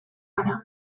gara